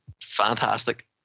fantastic